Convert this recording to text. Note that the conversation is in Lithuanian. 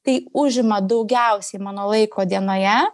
tai užima daugiausiai mano laiko dienoje